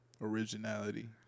originality